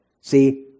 See